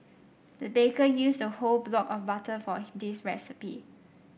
the baker used a whole block of butter for this recipe